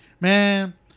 man